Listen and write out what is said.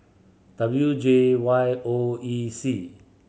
W J Y O E C